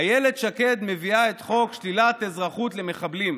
אילת שקד מביאה את חוק שלילת אזרחות למחבלים,